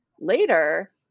Later